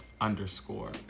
underscore